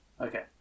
Okay